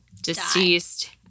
deceased